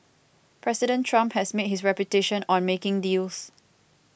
President Trump has made his reputation on making deals